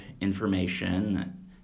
information